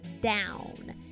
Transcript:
down